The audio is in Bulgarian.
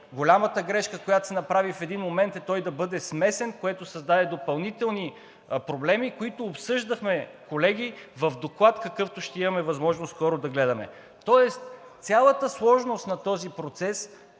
Голямата грешка, която се направи в един момент, е той да бъде смесен, което създаде допълнителни проблеми, които обсъждахме, колеги, в доклад, какъвто ще имаме възможност скоро да гледаме. Тоест цялата сложност на този процес